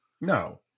no